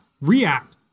react